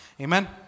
Amen